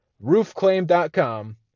Roofclaim.com